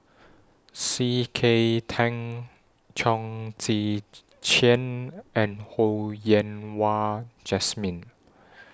C K Tang Chong Tze Chien and Ho Yen Wah Jesmine